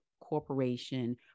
corporation